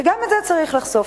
וגם את זה צריך לחשוף.